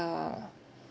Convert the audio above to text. uh